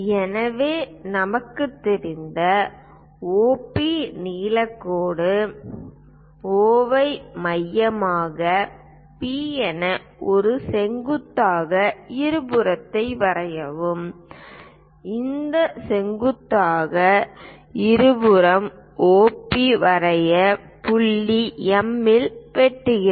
எனவே நமக்குத் தெரிந்த OP நீளக் கோடு O ஐ மையமாக P என ஒரு செங்குத்தாக இருபுறத்தை வரையவும் இந்த செங்குத்தாக இருபுறமும் OP வரியை புள்ளி M இல் வெட்டுகிறது